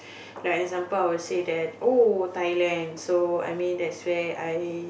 like example I would say that oh Thailand so I mean that's where I